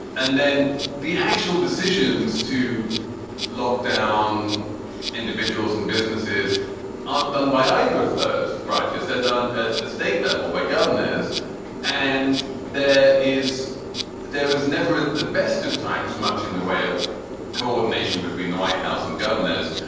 and then the actual decisions to lock down individuals and businesses aren't done by either of those branches. they're done at the state level by governors and there is there was never the best of times, much in the way of coordination between the white house and governors.